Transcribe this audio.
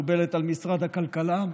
מקובלת על משרד הכלכלה.